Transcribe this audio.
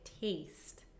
taste